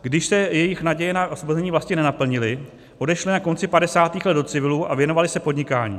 Když se jejich naděje na osvobození vlasti nenaplnily, odešli na konci padesátých let do civilu a věnovali se podnikání.